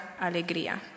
alegría